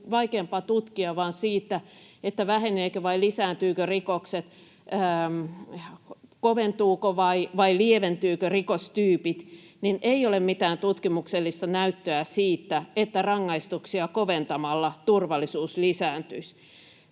vaikeampaa tutkia, vaan siitä, vähenevätkö vai lisääntyvätkö rikokset, koventuvatko vai lieventyvätkö rikostyypit — niin ei ole mitään tutkimuksellista näyttöä siitä, että rangaistuksia koventamalla turvallisuus lisääntyisi.